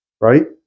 right